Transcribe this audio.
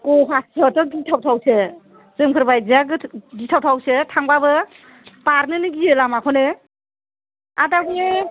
गुवाहाटी यावथ' गिथावथावसो जोंफोर बायदिया गिथावथावसो थांबाबो बारनोनो गियो लामाखौनो आरो तारमाने